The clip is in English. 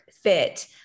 fit